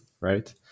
right